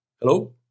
Hello